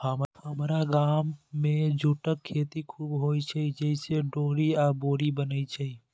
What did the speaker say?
हमरा गाम मे जूटक खेती खूब होइ छै, जइसे डोरी आ बोरी बनै छै